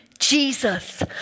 Jesus